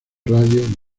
radio